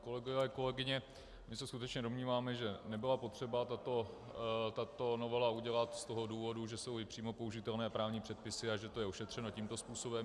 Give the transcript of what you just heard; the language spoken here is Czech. Kolegové, kolegyně, my se skutečně domníváme, že nebylo potřeba tuto novelu udělat, z toho důvodu, že jsou přímo použitelné právní předpisy a že to je ošetřeno tímto způsobem.